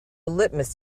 litmus